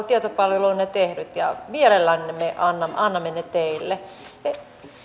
tietopalvelu on ne tehnyt ja mielellään me annamme annamme ne teille